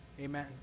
amen